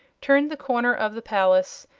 turned the corner of the palace,